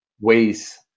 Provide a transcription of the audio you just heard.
ways